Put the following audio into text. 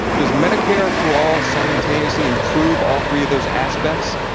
does medicare for all simultaneously improve all three of those aspects,